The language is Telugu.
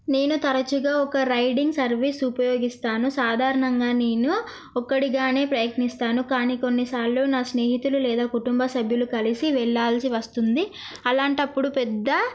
నేను తరచుగా ఒక రైడింగ్ సర్వీస్ ఉపయోగిస్తాను సాధారణంగా నేను ఒక్కడిగానే ప్రయత్నిస్తాను కానీ కొన్నిసార్లు నా స్నేహితులు లేదా కుటుంబ సభ్యులు కలిసి వెళ్ళాల్సి వస్తుంది అలాంటప్పుడు పెద్ద